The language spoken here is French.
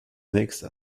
annexe